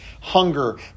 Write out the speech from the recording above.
hunger